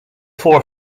four